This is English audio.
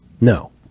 No